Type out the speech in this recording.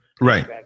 Right